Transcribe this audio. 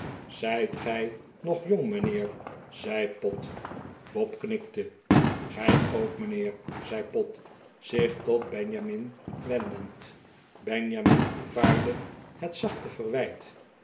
zijt gij nog jong mijnheer zei pott bob knikte gij ook mijnheer zei pott zich tot benjamin wendend benjamin aanvaardde het zachte verwijt